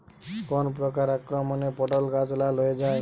কোন প্রকার আক্রমণে পটল গাছ লাল হয়ে যায়?